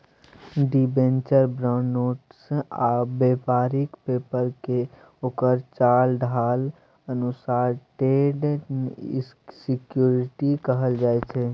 debenture, bond, notes आ बेपारिक पेपरकेँ ओकर चाल ढालि अनुसार डेट सिक्युरिटी कहल जाइ छै